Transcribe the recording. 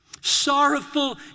Sorrowful